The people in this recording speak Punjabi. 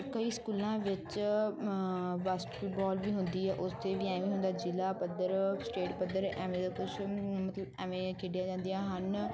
ਕਈ ਸਕੂਲਾਂ ਵਿੱਚ ਵਾਸ਼ਟਰੀਬਾਲ ਵੀ ਹੁੰਦੀ ਹੈ ਉਸ 'ਤੇ ਵੀ ਐਵੇ ਹੁੰਦਾ ਜ਼ਿਲ੍ਹਾ ਪੱਧਰ ਸਟੇਟ ਪੱਧਰ ਐਵੇਂ ਦਾ ਕੁਛ ਮਤਲਬ ਐਵੇਂ ਖੇਡੀਆਂ ਜਾਂਦੀਆਂ ਹਨ